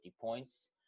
points